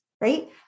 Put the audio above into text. right